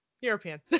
European